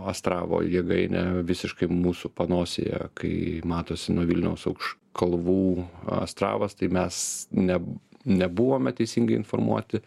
astravo jėgainę visiškai mūsų panosėje kai matosi nuo vilniaus aukš kalvų astravas tai mes ne nebuvome teisingai informuoti